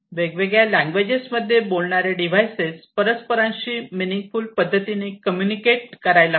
वेगळ्या लँग्वेजेस मध्ये बोलणारे डिव्हाइसेस परस्परांशी मिनिंग फुल पद्धतीने कम्युनिकेट करायला हवे